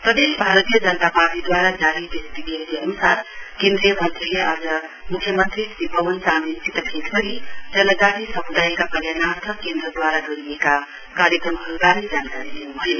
प्रदेश भारतीय जनता पार्टीद्वारा जारी प्रेस विज्ञप्ती अन्सार केन्द्रीय मन्त्रीले हिज म्ख्यमन्त्री श्री पवन चामलिङसित भेट गरी जनजाति समुदायका कल्याणर्थ केन्द्रदूवारा गरिएका कार्यक्रमहरूवारे जानकारी दिन्भयो